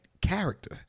character